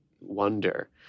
wonder